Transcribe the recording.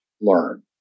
learn